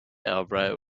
albright